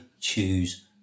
choose